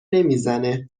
نمیزنه